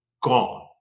gone